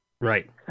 Right